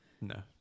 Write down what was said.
No